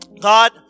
God